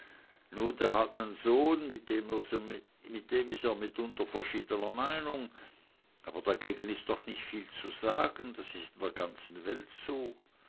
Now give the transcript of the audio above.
der hat nen sohn und mit dem is er mitunter verschiedner meinung aber dagegen is doch nicht viel zu sagen das is in der ganzen welt so